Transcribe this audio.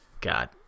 God